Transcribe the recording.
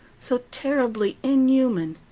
so terribly inhuman.